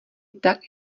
tak